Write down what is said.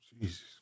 Jesus